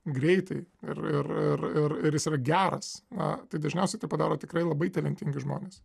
greitai ir ir ir ir jis yra geras na tai dažniausiai tai padaro tikrai labai talentingi žmonės